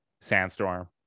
Sandstorm